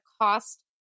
cost